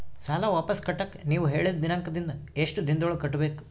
ಸಾಲ ವಾಪಸ್ ಕಟ್ಟಕ ನೇವು ಹೇಳಿದ ದಿನಾಂಕದಿಂದ ಎಷ್ಟು ದಿನದೊಳಗ ಕಟ್ಟಬೇಕು?